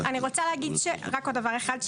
אני רוצה להגיד רק עוד דבר אחד,